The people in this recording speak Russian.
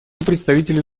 представителю